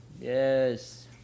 Yes